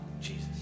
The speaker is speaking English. Jesus